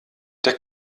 der